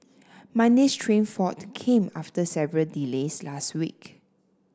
Monday's train fault came after several delays last week